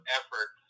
effort